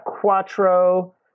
Quattro